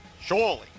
Surely